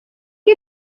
que